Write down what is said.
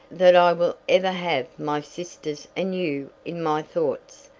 that i will ever have my sisters and you in my thoughts,